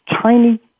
tiny